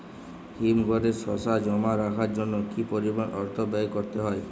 হিমঘরে শসা জমা রাখার জন্য কি পরিমাণ অর্থ ব্যয় করতে হয়?